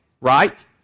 right